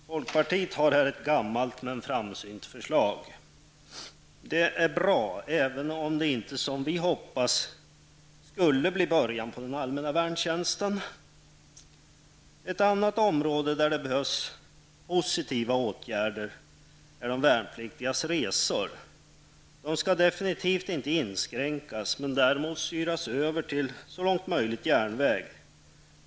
Folkpartiet har här ett gammalt men framsynt förslag. Det är bra, även om det inte, som vi hoppas, skulle bli början till en allmän värntjänst. Ett annat område där det behövs positiva åtgärder är de värnpliktigas resor. De skall definitivt inte inskränkas, men däremot styras över till järnväg så långt som möjligt.